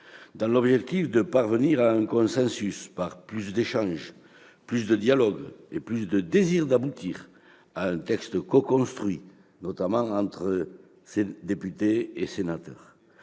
-dans l'objectif de parvenir à un consensus, par plus d'échange, plus de dialogue et plus de désir d'aboutir à un texte coconstruit entre députés et sénateurs.